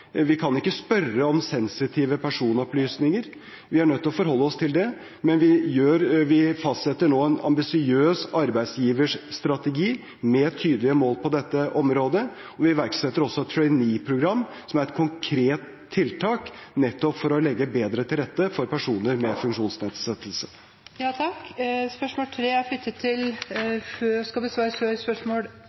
vi kan ikke spørre om sensitive personopplysninger, vi er nødt til å forholde oss til det. Men vi fastsetter nå en ambisiøs arbeidsgiverstrategi med tydelige mål på dette området, og vi iverksetter også et trainee-program, som er et konkret tiltak for nettopp å legge bedre til rette for personer med funksjonsnedsettelse. Spørsmål 3 vil bli besvart før spørsmål 18. Vi går videre til